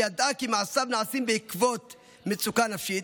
שידעה כי מעשיו נעשים בעקבות מצוקה נפשית,